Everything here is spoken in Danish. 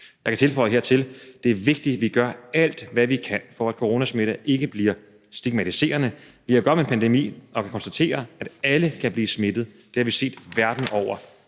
Jeg kan tilføje hertil, at det er vigtigt, at vi gør alt, hvad vi kan, for at coronasmitten ikke bliver stigmatiserende. Vi har at gøre med en pandemi og kan konstatere, at alle kan blive smittet. Det har vi set verden over.